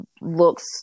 looks